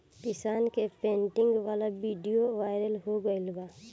किसान के ट्रेनिंग वाला विडीओ वायरल हो गईल बा